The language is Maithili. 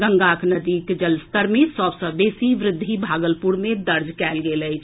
गंगा नदीक जलस्तर मे सभ सँ बेसी वृद्धि भागलपुर मे दर्ज कएल गेल अछि